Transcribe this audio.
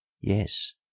Yes